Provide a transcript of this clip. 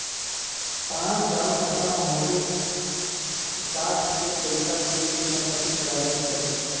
पाँच साल खतम होते साठ तो पइसा दे के संपत्ति छुड़ावे के पड़ी